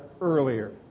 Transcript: earlier